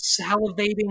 salivating